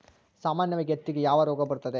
ಸಾಮಾನ್ಯವಾಗಿ ಹತ್ತಿಗೆ ಯಾವ ರೋಗ ಬರುತ್ತದೆ?